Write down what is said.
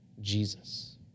Jesus